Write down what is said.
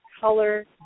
color